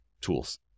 tools